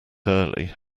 early